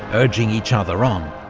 urging each other on.